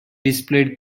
displayed